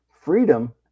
freedom